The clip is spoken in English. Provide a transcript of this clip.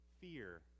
fear